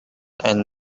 and